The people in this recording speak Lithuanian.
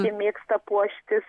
ji mėgsta puoštis